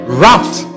wrapped